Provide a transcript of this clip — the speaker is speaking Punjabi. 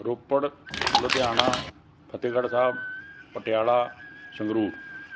ਰੋਪੜ ਲੁਧਿਆਣਾ ਫਤਿਹਗੜ੍ਹ ਸਾਹਿਬ ਪਟਿਆਲਾ ਸੰਗਰੂਰ